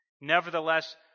Nevertheless